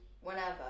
whenever